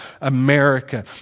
America